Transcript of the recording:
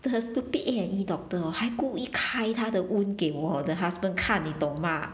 the stupid A&E doctor hor 还故意开她的 wound 给我的 husband 看得懂吗